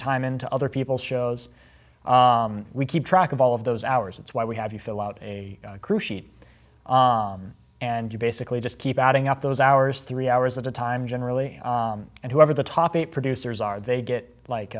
time into other people's shows we keep track of all of those hours that's why we have you fill out a crew sheet and you basically just keep adding up those hours three hours at a time generally and whoever the top eight producers are they get like